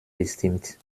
bestimmt